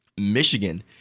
Michigan